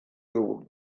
dugu